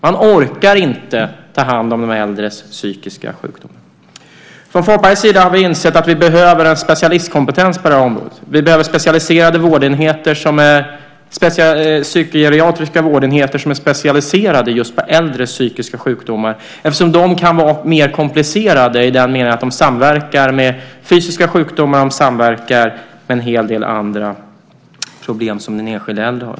Man orkar inte ta hand om de äldres psykiska sjukdomar. Från Folkpartiets sida har vi insett att vi behöver specialistkompetens på det här området. Vi behöver specialiserade vårdenheter, psykogeriatriska vårdenheter, som är specialiserade just på äldres psykiska sjukdomar, eftersom de kan vara mer komplicerade i den meningen att de samverkar med fysiska sjukdomar och med en hel del andra problem som den enskilde äldre har.